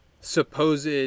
supposed